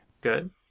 Good